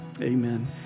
Amen